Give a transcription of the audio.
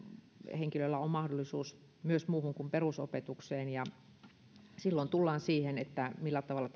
henkilöllä on mahdollisuus myös muuhun kuin perusopetukseen silloin tullaan siihen millä tavalla